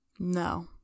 No